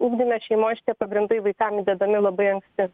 ugdyme šeimoj šitie pagrindai vaikam įdedami labai anksti